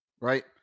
right